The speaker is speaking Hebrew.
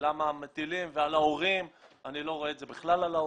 למה מטילים על ההורים אני לא רואה את זה בכלל על ההורים.